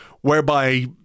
whereby